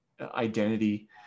identity